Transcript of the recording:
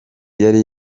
yari